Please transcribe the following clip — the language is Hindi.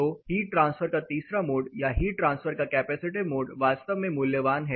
तो हीट ट्रांसफर का तीसरा मोड या हीट ट्रांसफर का कैपेसिटिव मोड वास्तव में मूल्यवान है